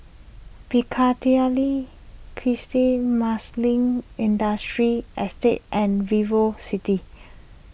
Piccadilly cresting Marsiling Industrial Estate and VivoCity